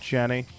Jenny